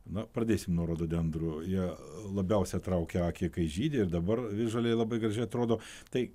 na pradėsim nuo rododendrų jie labiausia traukia akį kai žydi ir dabar visžaliai labai gražiai atrodo tai